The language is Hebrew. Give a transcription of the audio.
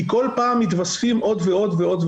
כי כל פעם מתווספות עוד דוגמאות.